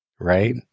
Right